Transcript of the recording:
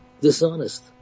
dishonest